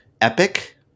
Epic